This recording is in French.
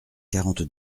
quarante